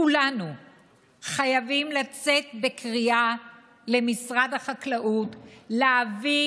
כולנו חייבים לצאת בקריאה למשרד החקלאות להביא